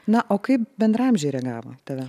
na o kaip bendraamžiai reagavo į tave